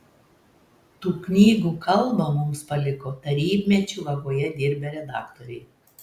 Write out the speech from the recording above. tų knygų kalbą mums paliko tarybmečiu vagoje dirbę redaktoriai